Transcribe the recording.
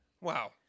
Wow